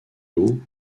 haut